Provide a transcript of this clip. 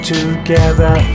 Together